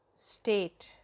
state